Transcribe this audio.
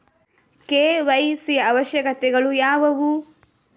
KYC ಅವಶ್ಯಕತೆಗಳು ಯಾವುವು?